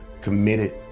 committed